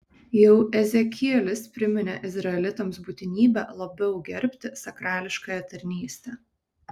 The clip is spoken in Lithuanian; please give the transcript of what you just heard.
jau ezekielis priminė izraelitams būtinybę labiau gerbti sakrališkąją tarnystę